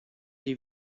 les